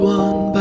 one